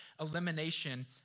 Elimination